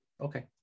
Okay